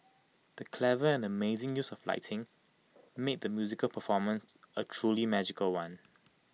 the clever and amazing use of lighting made the musical performance A truly magical one